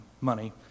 money